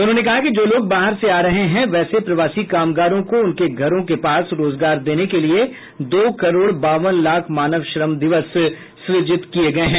उन्होंने कहा कि जो लोग बाहर से आ रहे है वैसे प्रवासी कामगारों को उनके घरों के पास रोजगार देने के लिए दो करोड़ बावन लाख मानव श्रम दिवस सृजित किये गये हैं